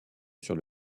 sur